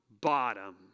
bottom